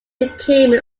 became